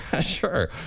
Sure